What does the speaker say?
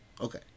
Okay